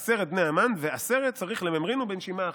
עשרת בני המן, ועשרת צריך לממרינהו בנשימה אחת".